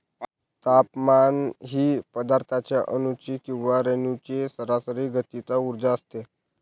तापमान ही पदार्थाच्या अणूंची किंवा रेणूंची सरासरी गतीचा उर्जा असते